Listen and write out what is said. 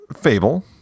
Fable